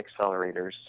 accelerators